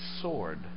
sword